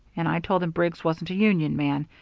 and i told him briggs wasn't a union man,